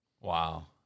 Wow